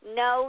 no